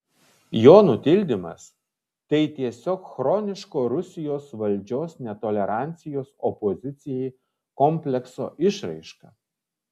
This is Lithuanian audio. jo nutildymas tai tiesiog chroniško rusijos valdžios netolerancijos opozicijai komplekso išraiška